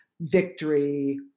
victory